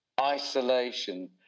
Isolation